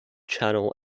channel